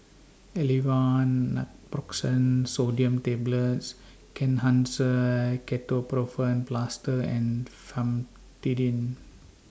Aleve Naproxen Sodium Tablets Kenhancer Ketoprofen Plaster and Famotidine